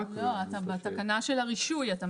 לא, אתה בתקנה של הרישוי אתה מדבר.